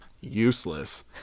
useless